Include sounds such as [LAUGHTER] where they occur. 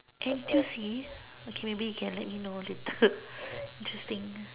N_T_U_C okay maybe you can let me know a bit [LAUGHS] interesting